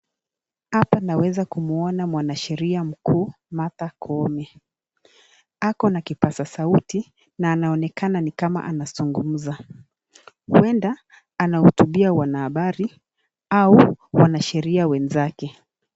Hapa naweza kumwona mwanasheria mkuu Martha Koome ,ako na kipasa sauti na anaonekana ni kama ana zungumza , huenda anahutubia wanahabari au wanasheria wenzake.